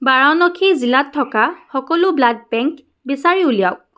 বাৰাণসী জিলাত থকা সকলো ব্লাড বেংক বিচাৰি উলিয়াওক